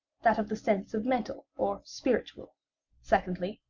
that of the sense of mental or spiritual secondly,